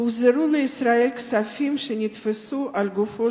הוחזרו לישראל כספים שנתפסו על גופו